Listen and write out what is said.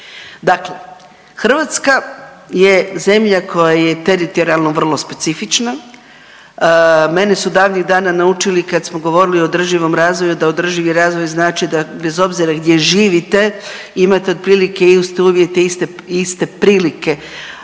Dakle, Hrvatska je zemlja koja je teritorijalno vrlo specifična, mene su davnih dana naučili kad smo govorili o održivom razvoju da održivi razvoj znači da bez obzira gdje živite imate otprilike iste uvjete, iste prilike,